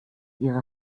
ihre